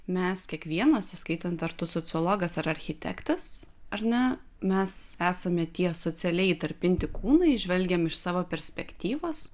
mes kiekvienas įskaitant ar tu sociologas ar architektas ar ne mes esame tie socialiai įtarpinti kūnai žvelgiam iš savo perspektyvos